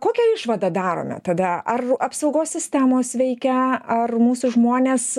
kokią išvadą darome tada ar apsaugos sistemos veikia ar mūsų žmonės